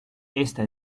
esta